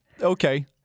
Okay